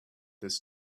this